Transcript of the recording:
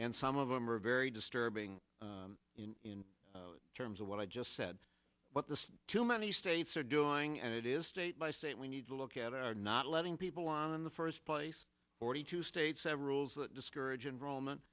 and some of them are very disturbing in terms of what i just said what the too many states are doing and it is state by state we need to look at are not letting people on in the first place forty two states have rules that discourage enrollment